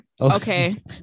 okay